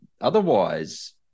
otherwise